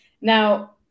Now